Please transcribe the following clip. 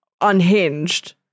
unhinged